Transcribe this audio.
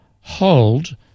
hold